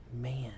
man